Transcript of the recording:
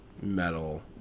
metal